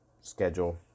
schedule